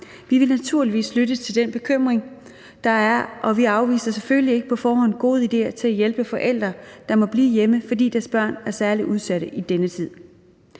Vi vil naturligvis lytte til den bekymring, der er, og vi afviser selvfølgelig ikke på forhånd gode ideer til at hjælpe forældre, der må blive hjemme, fordi deres børn er særligt udsatte i denne tid.